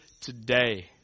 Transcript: today